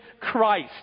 Christ